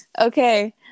Okay